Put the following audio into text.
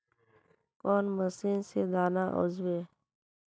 कौन मशीन से दाना ओसबे?